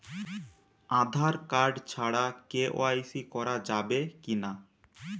Aadhaar card ছাড়া KYC করা যাবে কি না?